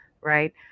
right